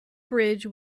bridge